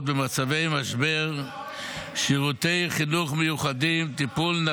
במצבי משבר -- תתייחס לילדים שאתה הורס להם את הבתים,